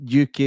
uk